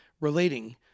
relating